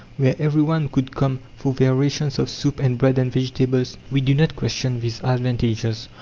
where every one could come for their rations of soup and bread and vegetables. we do not question these advantages.